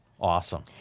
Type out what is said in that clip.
Awesome